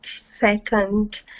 second